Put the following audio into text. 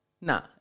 No